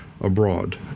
abroad